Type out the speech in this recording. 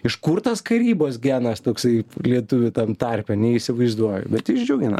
iš kur tas karybos genas toksai lietuvių tam tarpe neįsivaizduoju bet jis džiugina